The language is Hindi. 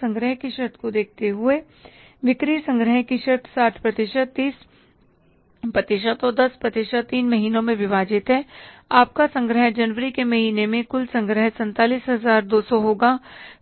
संग्रह की शर्त को देखते हुए बिक्री संग्रह की शर्त 60 प्रतिशत 30 प्रतिशत और 10 प्रतिशत तीन महीनों में विभाजित है आपका संग्रह जनवरी के महीने में कुल संग्रह 47200 होगा